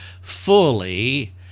fully